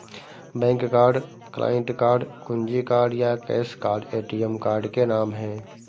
bank card, client card, कुंजी card या cash card ATM card के नाम है